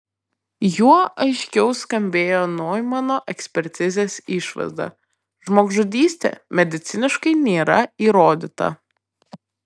juo aiškiau skambėjo noimano ekspertizės išvada žmogžudystė mediciniškai nėra įrodyta